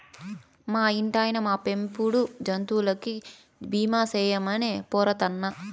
మా ఇంటాయినా, మా పెంపుడు జంతువులకి బీమా సేయమని పోరతన్నా